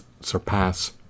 surpass